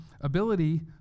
ability